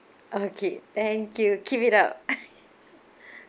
okay thank you keep it up